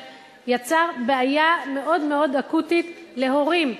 יצר בעיה מאוד מאוד אקוטית להורים.